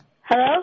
Hello